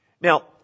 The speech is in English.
Now